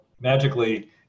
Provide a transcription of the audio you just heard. magically